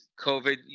COVID